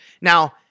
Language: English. Now